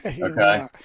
Okay